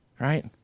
right